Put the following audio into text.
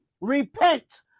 Repent